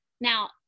now